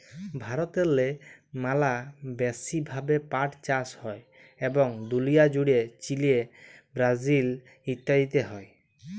ভারতেল্লে ম্যালা ব্যাশি ভাবে পাট চাষ হ্যয় এবং দুলিয়া জ্যুড়ে চিলে, ব্রাজিল ইত্যাদিতে হ্যয়